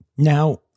Now